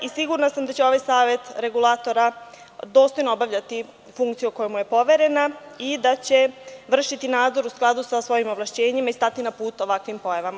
Sigurna sam da će ovaj Savet Regulatora dostojno obavljati funkciju koja mu je poverena i da će vršiti nadzor u skladu sa svojim ovlašćenjem i stati na put ovakvim pojavama.